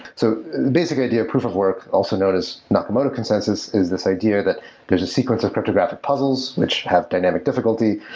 so basically the idea of proof of work, also known as locomotive consensus is this idea that there's a sequence of cryptographic puzzles, which have dynamic difficulty.